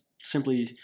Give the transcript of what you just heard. simply